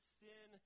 sin